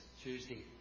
Tuesday